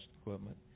equipment